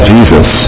Jesus